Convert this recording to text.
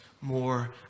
more